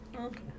okay